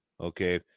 Okay